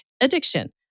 addiction